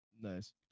Nice